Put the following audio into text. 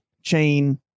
chain